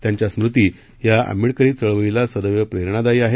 त्यांच्या स्मृती या आंबेडकरी चळवळीला सदैव प्रेरणादायी आहे